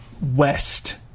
west